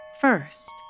First